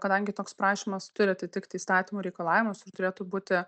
kadangi toks prašymas turi atitikti įstatymų reikalavimus ir turėtų būti